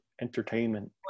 entertainment